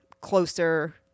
closer